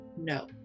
no